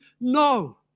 no